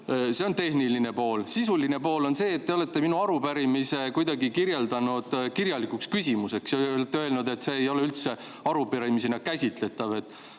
See on tehniline pool. Sisuline pool on see, et te olete minu arupärimise kuidagi [muutnud] kirjalikuks küsimuseks ja öelnud, et see ei ole üldse arupärimisena käsitletav.